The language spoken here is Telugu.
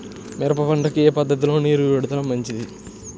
మిరప పంటకు ఏ పద్ధతిలో నీరు విడుదల మంచిది?